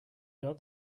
got